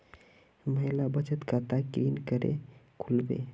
महिला बचत खाता केरीन करें खुलबे